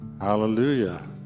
hallelujah